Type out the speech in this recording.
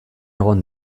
egon